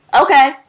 Okay